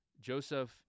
joseph